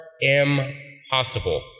impossible